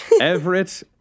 Everett